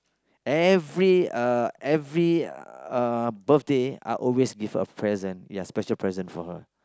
every uh every uh birthday I always give her a present ya special present for her